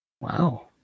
Wow